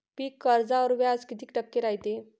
पीक कर्जावर व्याज किती टक्के रायते?